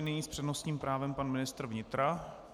Nyní s přednostním právem pan ministr vnitra.